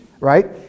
right